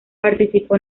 participó